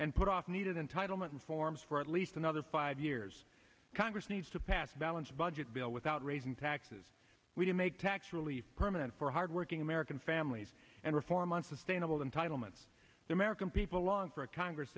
and put off needed entitlement reforms for at least another five years congress needs to pass a balanced budget bill without raising taxes we can make tax relief permanent for hardworking american families and reform unsustainable and parliaments the american people long for a congress